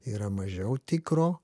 yra mažiau tikro